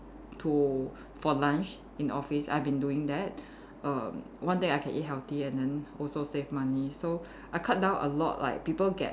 to for lunch in the office I've been doing that err one thing I can eat healthy and then also save money so I cut down a lot like people get